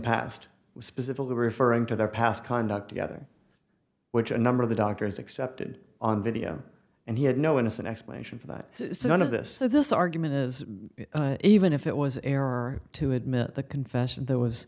was specifically referring to their past conduct together which a number of the doctors accepted on video and he had no innocent explanation for that so one of this this argument is even if it was error to admit the confession there was